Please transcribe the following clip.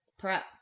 threat